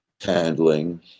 handling